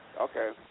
Okay